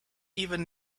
even